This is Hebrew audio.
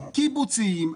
קיבוצים,